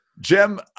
Jim